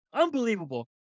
Unbelievable